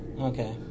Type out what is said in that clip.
Okay